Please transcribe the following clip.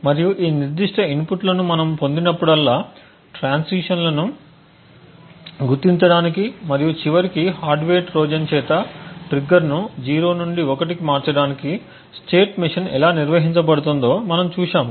మరియు ఈ నిర్దిష్ట ఇన్పుట్లను ను పొందినప్పుడల్లా ట్రాన్సిషన్లను గుర్తించడానికి మరియు చివరికి హార్డ్వేర్ ట్రోజన్ చేత ట్రిగ్గర్ను 0 నుండి 1 కి మార్చడానికి స్టేట్ మెషీన్ ఎలా నిర్వహించబడుతుందో మనము చూశాము